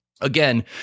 again